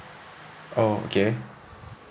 oh okay